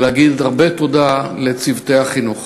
ולהגיד הרבה תודה לצוותי החינוך.